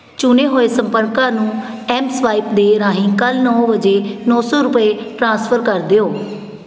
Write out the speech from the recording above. ਚੁਣੇ ਹੋਏ ਸੰਪਰਕਾਂ ਨੂੰ ਐੱਮਸਵਾਇਪ ਦੇ ਰਾਹੀਂ ਕੱਲ੍ਹ ਨੌ ਵਜੇ ਨੌ ਸੌ ਰੁਪਏ ਟ੍ਰਾਂਸਫਰ ਕਰ ਦਿਓ